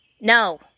no